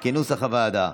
כנוסח הוועדה,